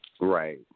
Right